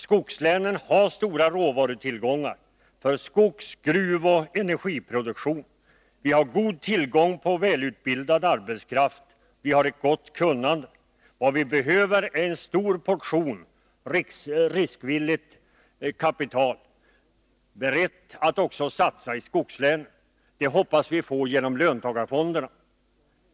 Skogslänen har stora råvarutillgångar för skogs-, gruvoch energiproduktion. Vi har god tillgång till välutbildad arbetskraft, och vi har ett gott kunnande. Vad vi behöver är en stor portion riskvilligt kapital — som kan satsas också i skogslänen. Det kapitalet hoppas vi få genom löntagarfonderna.